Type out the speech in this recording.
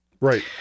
Right